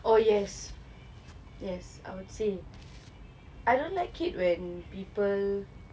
oh yes yes I would say I don't like it when people